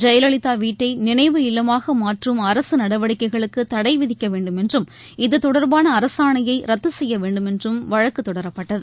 ஜெயலலிதா வீட்டை நினைவு இல்லமாக மாற்றும் அரசு நடவடிக்கைகளுக்கு தடை விதிக்க வேண்டுமென்றும் இது தொடர்பான அரசாணையை ரத்த செய்ய வேண்டுமென்றும் வழக்கு தொடரப்பட்டது